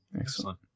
Excellent